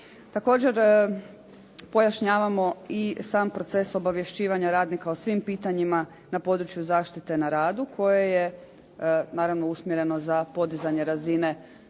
Također pojašnjavamo i sam proces obavješćivanja radnika o svim pitanjima na području zaštite na radu koje je naravno usmjereno za podizanje razine kvalitete